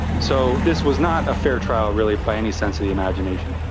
so this was not a fair trial really by any sense of the imagination.